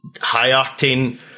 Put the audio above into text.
high-octane